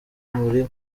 muri